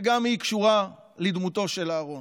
שגם היא קשורה לדמותו של אהרן.